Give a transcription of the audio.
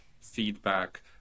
feedback